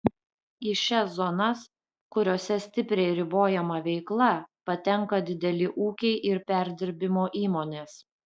į šias zonas kuriose stipriai ribojama veikla patenka dideli ūkiai ir perdirbimo įmonės